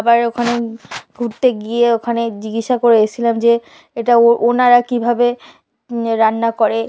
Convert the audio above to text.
আবার ওখানে ঘুরতে গিয়ে ওখানে জিজ্ঞাসা করে এসেছিলাম যে এটা ওনারা কীভাবে রান্না করে